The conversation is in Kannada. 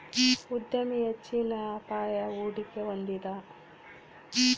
ಉದ್ಯಮಿ ಹೆಚ್ಚಿನ ಅಪಾಯ, ಹೂಡಿಕೆ ಹೊಂದಿದ